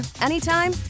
anytime